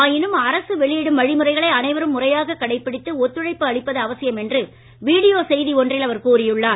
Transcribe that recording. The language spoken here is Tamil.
ஆயினும் அரசு வெளியிடும் வழிமுறைகளை அனைவரும் முறையாக கடைபிடித்து ஒத்துழைப்பு அளிப்பது அவசியம் என்று வீடியோ செய்தி ஒன்றில் அவர் கூறியுள்ளார்